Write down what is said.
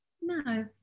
No